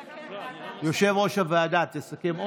יושב-ראש הוועדה, תסכם.